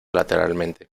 lateralmente